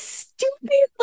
stupid